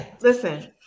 listen